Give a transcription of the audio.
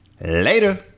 Later